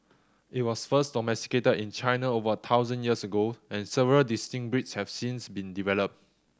it was first domesticated in China over thousand years ago and several distinct breeds have since been developed